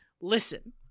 listen